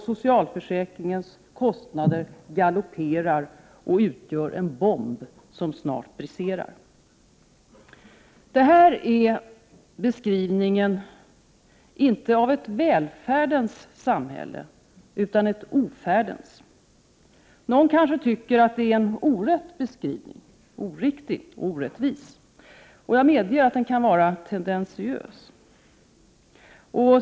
— Socialförsäkringarnas kostnader galopperar, och utgör en bomb som snart briserar. Detta är inte en beskrivning av ett välfärdens samhälle, utan av ett ofärdens. Någon kanske tycker att det är en orättvis beskrivning. Jag medger att den kan vara tendentiös.